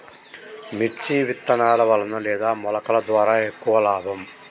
మిర్చి విత్తనాల వలన లేదా మొలకల ద్వారా ఎక్కువ లాభం?